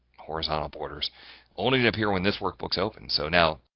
horizontal borders only to appear when this workbook's open. so now,